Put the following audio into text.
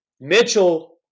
Mitchell